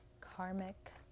Karmic